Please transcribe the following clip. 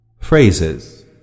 Phrases